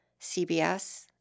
CBS